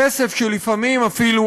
כסף שלפעמים אפילו,